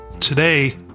today